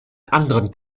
anderen